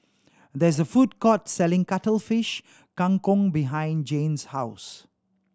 there is a food court selling Cuttlefish Kang Kong behind Jane's house